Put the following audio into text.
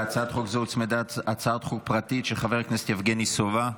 להצעת חוק זו הוצמדה הצעת חוק פרטית של יבגני סובה.